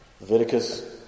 Leviticus